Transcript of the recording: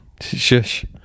Shush